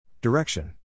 Direction